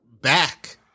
back